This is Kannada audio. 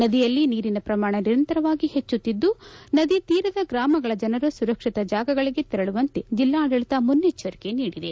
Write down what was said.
ನದಿಯಲ್ಲಿ ನೀರಿನ ಪ್ರಮಾಣ ನಿರಂತರವಾಗಿ ಹೆಚ್ಚುತ್ತಿದ್ದು ನದಿ ತೀರದ ಗ್ರಾಮಗಳ ಜನರು ಸುರಕ್ಷಿತ ಜಾಗಗಳಗೆ ತೆರಳುವಂತೆ ಜಿಲ್ಲಾಡಳತ ಮುನ್ನೆಚ್ಚರಿಕೆ ನೀಡಿದೆ